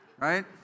right